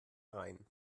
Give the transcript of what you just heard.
rhein